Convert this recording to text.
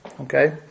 Okay